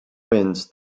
winds